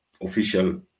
official